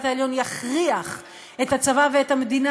ויש לא מעט רוע במדינה